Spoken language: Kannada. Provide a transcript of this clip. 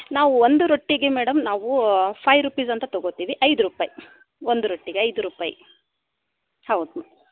ನಾವು ಒಂದು ರೊಟ್ಟಿಗೆ ಮೇಡಂ ನಾವು ಫೈಯ್ ರುಪೀಸ್ ಅಂತ ತಗೋತೀವಿ ಐದು ರೂಪಾಯಿ ಒಂದು ರೊಟ್ಟಿಗೆ ಐದು ರೂಪಾಯಿ ಹೌದು